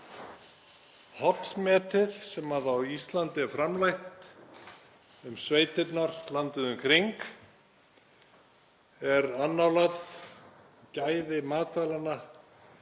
Hollmetið sem á Íslandi er framleitt um sveitirnar landið um kring er annálað. Gæði matvælanna